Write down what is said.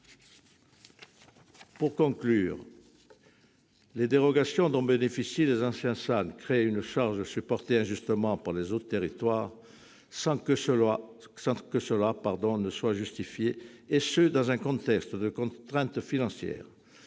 dirai que les dérogations dont bénéficient les anciens SAN créent une charge supportée injustement par les autres territoires, sans que cela soit justifié, et ce dans un contexte de contrainte financière.